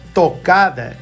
tocada